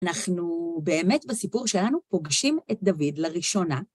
אנחנו באמת בסיפור שלנו פוגשים את דוד לראשונה.